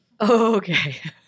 Okay